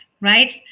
right